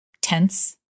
tense